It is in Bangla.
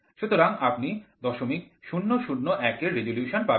সুতরাং আপনি ০০০১ এর রেজোলিউশন পাবেন